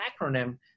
acronym